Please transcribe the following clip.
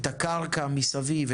את הקרקע מסביב,